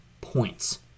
points